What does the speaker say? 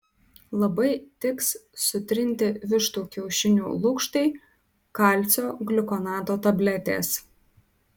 labai tiks sutrinti vištų kiaušinių lukštai kalcio gliukonato tabletės